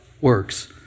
works